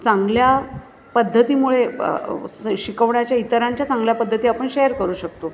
चांगल्या पद्धतीमुळे स शिकवण्याच्या इतरांच्या चांगल्या पद्धती आपण शेअर करू शकतो